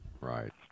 Right